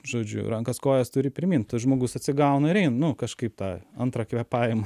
žodžiu rankas kojas turi pirmyn tas žmogus atsigauna ir ein nu kažkaip tą antrą kvėpavimą